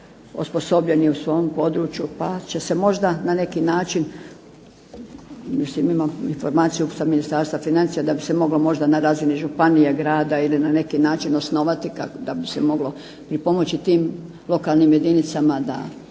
osposobljenih u svom području, pa će se možda na neki način, mislim imam informaciju sa Ministarstva financija da bi se moglo možda na razini županije, grada ili na neki način osnovati, da bi se moglo pripomoći tim lokalnim jedinicama da